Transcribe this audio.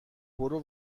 برو